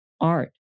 art